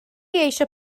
eisiau